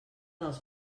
dels